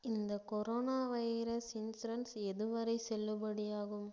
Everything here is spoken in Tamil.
இந்த கொரோனா வைரஸ் இன்சூரன்ஸ் எதுவரை செல்லுபடியாகும்